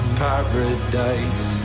paradise